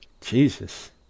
Jesus